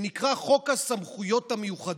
שנקרא חוק הסמכויות המיוחדות,